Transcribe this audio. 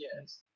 Yes